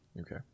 okay